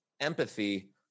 empathy